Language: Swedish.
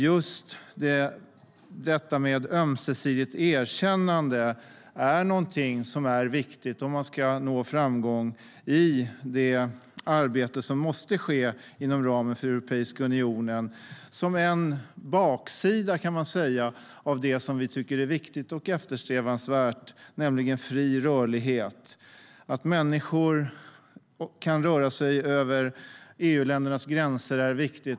Just ömsesidigt erkännande är viktigt om man ska nå framgång i det arbete som måste ske inom ramen för Europeiska unionen, som en baksida av det som vi tycker är viktigt och eftersträvansvärt, nämligen fri rörlighet. Det är viktigt att människor kan röra sig över EU-ländernas gränser.